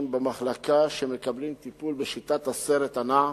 במחלקה שמקבלים טיפול בשיטת הסרט הנע,